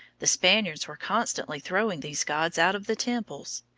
the spaniards were constantly throwing these gods out of the temples.